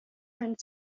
and